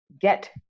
get